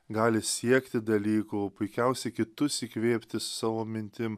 gali siekti dalykų puikiausi kitus įkvėpti savo mintim